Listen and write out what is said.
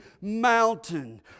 mountain